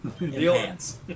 Enhance